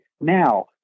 now